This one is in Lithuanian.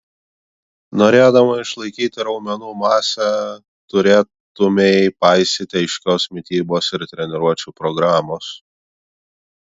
norėdama išlaikyti raumenų masę turėtumei paisyti aiškios mitybos ir treniruočių programos